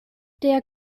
der